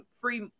free